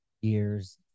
years